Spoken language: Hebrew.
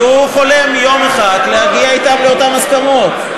כי הוא חולם יום אחד להגיע אתם לאותן הסכמות.